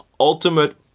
ultimate